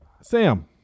Sam